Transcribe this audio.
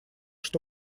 что